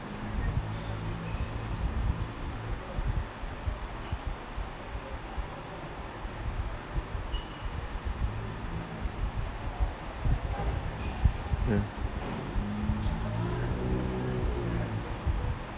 mm